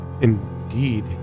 Indeed